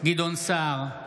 גדעון סער,